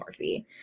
morphe